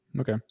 Okay